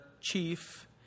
chief